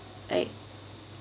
like